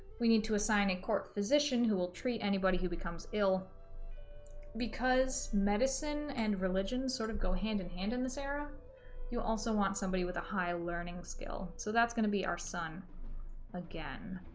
we need to assign a court physician who will treat anybody who becomes ill because medicine and religion sort of go hand in hand in this era you also want somebody with a high learning skill so that's going to be our son again